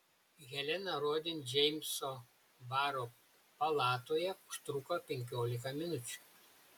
helena rodin džeimso baro palatoje užtruko penkiolika minučių